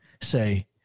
say